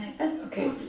Okay